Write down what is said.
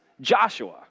joshua